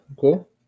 cool